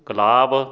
ਗੁਲਾਬ